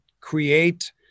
create